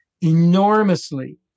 enormously